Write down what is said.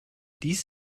dies